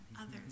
Others